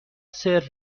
سرو